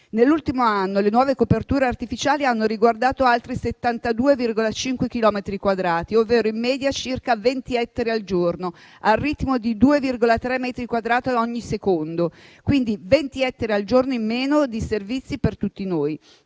Nell'ultimo anno le nuove coperture artificiali hanno riguardato altri 72,5 chilometri quadrati, ovvero, in media, circa 20 ettari al giorno, al ritmo di 2,3 metri quadrati ad ogni secondo; quindi 20 ettari al giorno in meno di servizi per tutti noi